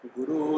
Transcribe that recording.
Guru